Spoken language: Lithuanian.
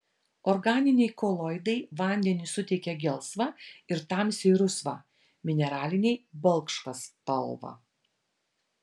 organiniai koloidai vandeniui suteikia gelsvą ir tamsiai rusvą mineraliniai balkšvą spalvą